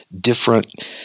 different